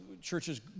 churches